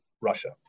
Russia